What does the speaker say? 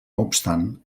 obstant